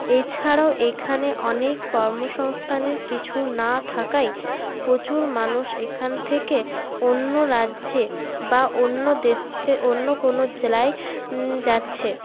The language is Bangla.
এছাড়াও এইখানে অনেক কর্ম সংস্থানের কিছু না থাকায় প্রচুর মানুষ এইখান থেকে অন্য রাজ্যে বা অন্য দেশে অন্য কোনো জেলায় যাচ্ছে